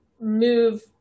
move